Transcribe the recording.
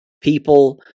people